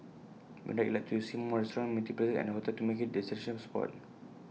beyond that he'd like to see more restaurants meeting places and A hotel to make IT A destination spot